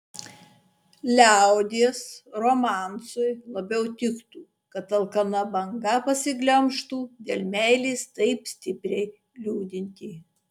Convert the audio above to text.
liaudies romansui labiau tiktų kad alkana banga pasiglemžtų dėl meilės taip stipriai liūdintį